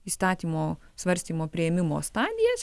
įstatymo svarstymo priėmimo stadijas